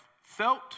felt